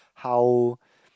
how